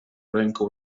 ręką